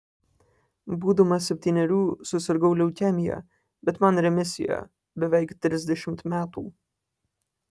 būdamas septynerių susirgau leukemija bet man remisija beveik trisdešimt metų